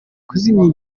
kuzimya